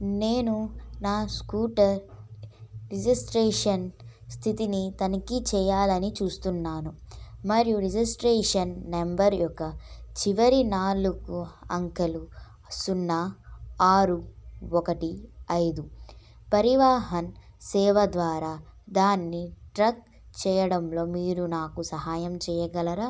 నేను నా scooter registration స్థితిని తనిఖీ చేయాలని చూస్తున్నాను మరియు రిజిస్ట్రేషన్ నంబర్ యొక్క చివరి నాలుగు అంకెలు సున్నా ఆరు ఒకటి ఐదు పరివాహన్ సేవ ద్వారా దాన్ని ట్రాక్ చేయడంలో మీరు నాకు సహాయం చెయ్యగలరా